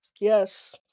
Yes